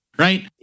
Right